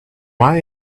are